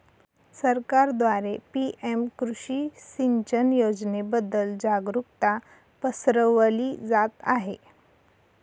सरकारद्वारे पी.एम कृषी सिंचन योजनेबद्दल जागरुकता पसरवली जात आहे